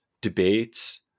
debates